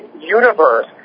universe